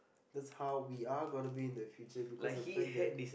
that's how we are gonna be in the future because the fact that